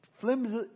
flimsy